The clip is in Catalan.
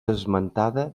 esmentada